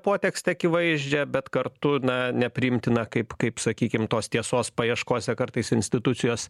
potekstę akivaizdžią bet kartu na nepriimtiną kaip kaip sakykim tos tiesos paieškose kartais institucijos